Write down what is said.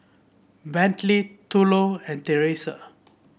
Brantley Thurlow and Teresa